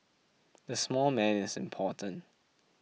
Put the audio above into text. the small man is important